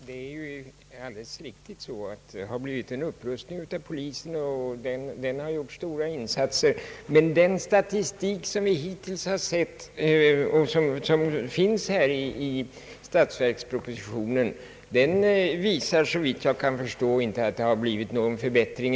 Herr talman! Det är alldeles riktigt att vi har fått en upprustning av polisen. Den har gjort stora insatser. Men den statistik som vi hittills har sett och som finns i statsverkspropositionen visar ändå inte någon förbättring.